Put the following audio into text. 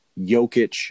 Jokic